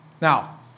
now